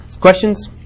Questions